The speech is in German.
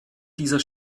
dieser